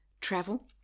travel